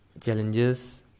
challenges